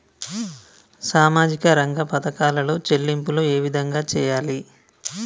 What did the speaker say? సామాజిక రంగ పథకాలలో చెల్లింపులు ఏ విధంగా చేయాలి?